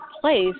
place